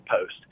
post